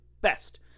best